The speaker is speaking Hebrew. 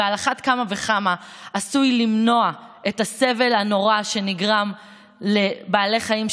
ועל אחת כמה וכמה עשוי למנוע את הסבל הנורא שנגרם לבעלי חיים,